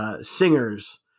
singers